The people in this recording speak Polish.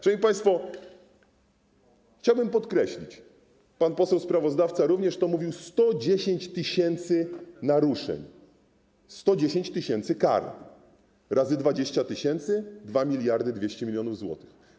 Szanowni państwo, chciałbym podkreślić - pan poseł sprawozdawca również o tym mówił - 110 tys. naruszeń, 110 tys. kar razy 20 tys. daje 2200 mln zł.